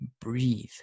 breathe